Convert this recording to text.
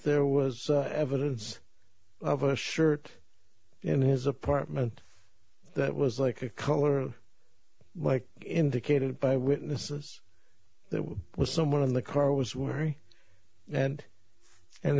there was evidence of a shirt in his apartment that was like a color like indicated by witnesses there was someone in the car was wary and and